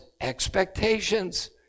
expectations